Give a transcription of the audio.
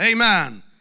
Amen